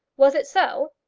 was it so?